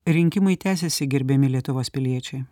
rinkimai tęsiasi gerbiami lietuvos piliečiai